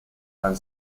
han